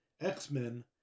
X-Men